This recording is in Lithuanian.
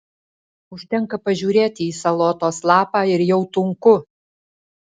užtenka pažiūrėti į salotos lapą ir jau tunku